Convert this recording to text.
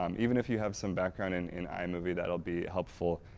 um even if you have some background in in imovie that will be helpful.